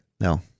no